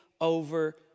over